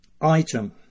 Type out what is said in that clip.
Item